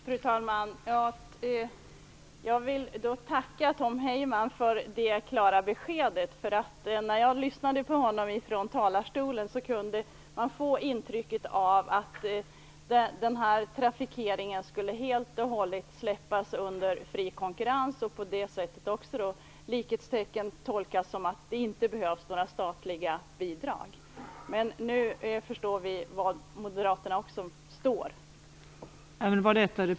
Fru talman! Jag vill tacka Tom Heyman för det klara beskedet. När jag lyssnade på hans huvudanförande fick jag intrycket att fri konkurrens helt och hållet skulle råda i fråga om den här trafiken och att detta då också skulle tolkas som att det inte skulle behövas några statliga bidrag. Nu förstår vi var Moderaterna står i den här frågan.